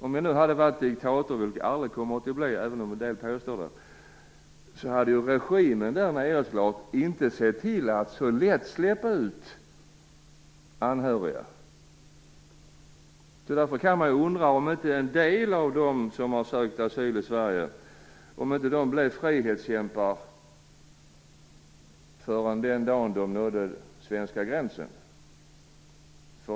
Om jag hade varit diktator, vilket jag aldrig kommer att bli även om en del påstår det, hade min regim så klart sett till att inte så lätt släppa ut anhöriga. Därför kan man ju undra om inte en del av dem som har sökt asyl i Sverige blev frihetskämpar den dag då de nådde svenska gränsen.